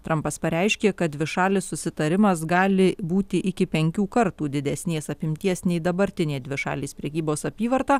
trampas pareiškė kad dvišalis susitarimas gali būti iki penkių kartų didesnės apimties nei dabartinė dvišalės prekybos apyvarta